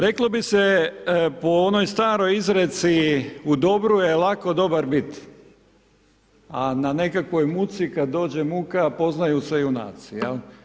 Reklo bi se po onoj staroj izreci u dobru je lako dobar biti, a na nekakvoj muci, kada dođe muka, poznaju se junaci, jel.